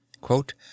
quote